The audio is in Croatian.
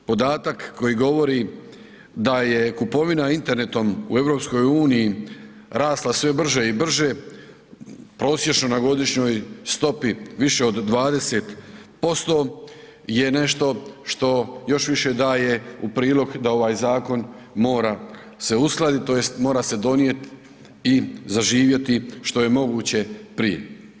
Podatak koji govori da je kupovina internetom u EU-i rasla sve brže i brže, prosječno na godišnjoj stopi više od 20% je nešto što još više daje u prilog da ovaj zakon mora se uskladiti, tj. mora se donijeti i zaživjeti što je moguće prije.